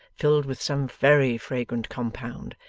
filled with some very fragrant compound,